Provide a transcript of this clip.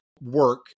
work